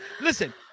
Listen